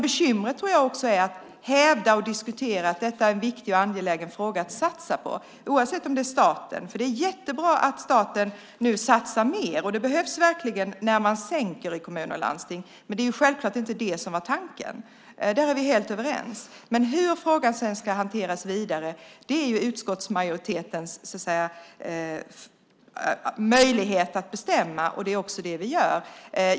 Bekymret är att kunna hävda och diskutera att detta är en viktig och angelägen fråga att satsa på, det oavsett om det är staten som satsar. Det är jättebra att staten nu satsar mer, vilket verkligen behövs när kommuner och landsting sänker, men det var självklart inte tanken. Där är vi helt överens. Hur frågan ska hanteras vidare har utskottsmajoriteten möjlighet att bestämma, och det gör vi också.